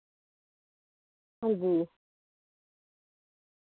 हां जी